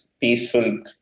peaceful